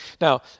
Now